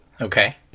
Okay